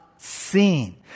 seen